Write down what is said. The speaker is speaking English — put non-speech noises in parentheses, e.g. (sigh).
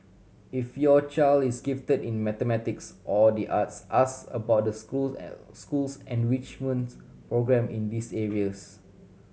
if your child is gifted in mathematics or the arts ask about the school's (unintelligible) school's enrichments programme in these areas